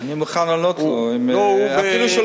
אני מוכן לענות לו גם אם הוא לא